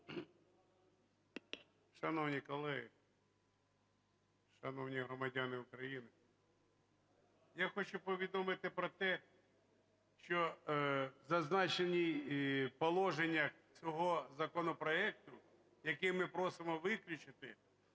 Шановні колеги! Шановні громадяни України! Я хочу повідомити про те, що в зазначених положеннях цього законопроекту, які ми просимо виключити,